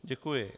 Děkuji.